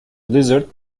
blizzard